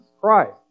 Christ